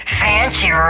fancy